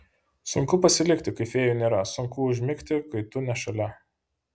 sunku pasilikti kai fėjų nėra sunku užmigti kai tu ne šalia